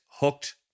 hooked